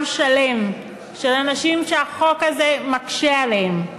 שלם של אנשים שהחוק הזה מקשה עליהם.